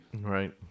Right